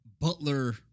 butler